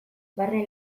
barne